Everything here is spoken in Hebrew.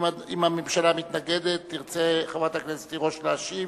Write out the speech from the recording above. אם הממשלה מתנגדת, תרצה חברת הכנסת תירוש להשיב,